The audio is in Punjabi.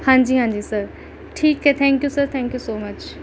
ਹਾਂਜੀ ਹਾਂਜੀ ਸਰ ਠੀਕ ਹੈ thank you sir thank you so much